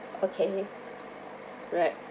okay right